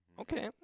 Okay